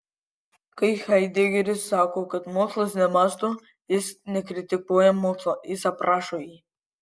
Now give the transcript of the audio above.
kai haidegeris sako kad mokslas nemąsto jis nekritikuoja mokslo jis aprašo jį